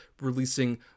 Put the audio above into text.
releasing